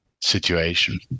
situation